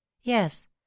yes